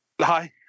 hi